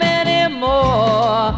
anymore